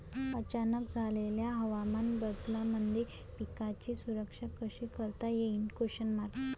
अचानक झालेल्या हवामान बदलामंदी पिकाची सुरक्षा कशी करता येईन?